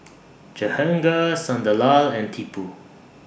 Jehangirr Sunderlal and Tipu